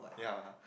yea